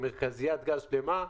מרכזיית גז שלמה,